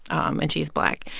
um and she's black.